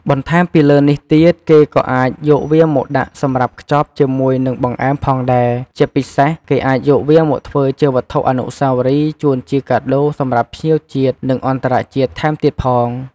បន្ថែមពីលើនេះទៀត គេក៏អាចយកវាមកដាក់សម្រាប់ខ្ចប់ជាមួយនឹងបង្អែមផងដែរ ជាពិសេសគេអាចយកវាមកធ្វើជាវត្ថុអនុសាវរីយ៍ជូនជាការដូរសម្រាប់ភ្ញៀវជាតិ និងអន្តរជាតិថែមទៀតផង។